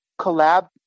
collab